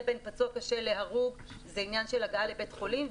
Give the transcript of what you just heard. בין פצוע קשה להרוג זה עניין של הגעה לבית חולים,